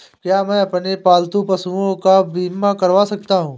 क्या मैं अपने पालतू पशुओं का बीमा करवा सकता हूं?